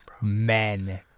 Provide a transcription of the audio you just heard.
men